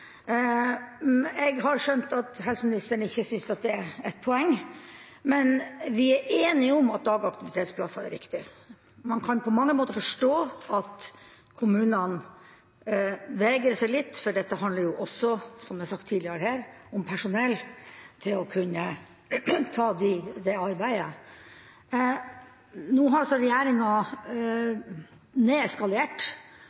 Jeg har skjønt at helseministeren ikke synes det er et poeng, men vi er enige om at dagaktivitetsplasser er viktig. Man kan på mange måter forstå at kommunene vegrer seg litt, for dette handler jo, som jeg har sagt tidligere her, også om personell til å kunne ta det arbeidet. Nå har altså regjeringa